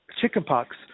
chickenpox